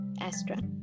astra